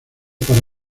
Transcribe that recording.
para